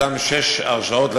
אותן שש כיתות,